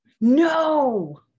No